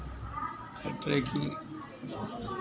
हर तरेह की